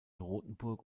rotenburg